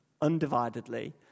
undividedly